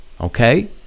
Okay